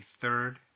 third